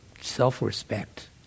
self-respect